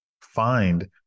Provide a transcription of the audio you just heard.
find